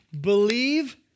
Believe